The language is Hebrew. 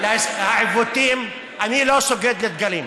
אני לא סוגד לדגלים,